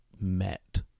met